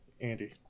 Andy